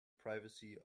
privacy